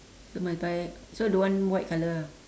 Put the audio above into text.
so must buy so don't want white color ah